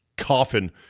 coffin